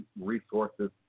resources